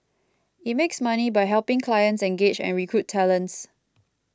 it makes money by helping clients engage and recruit talents